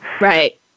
Right